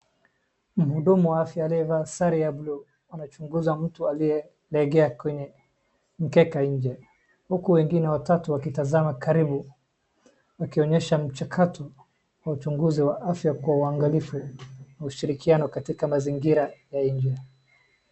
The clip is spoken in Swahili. Mhudumu wa afya aliyevaa sare ya blue anachunguza mtu aliyelegea kwenye mkeka nje huku wengine watatu wakitazama karibu wakionyesha mchakato wa uchunguzi wa afya kwa uangalifu na ushirikiano katika mazingira ya nje.